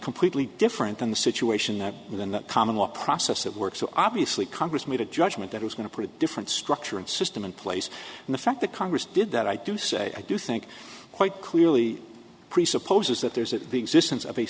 completely different than the situation that within that common law process that works so obviously congress made a judgment that was going to put different structure and system in place and the fact that congress did that i do say i do think quite clearly presupposes that there's an existence of a